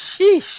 Sheesh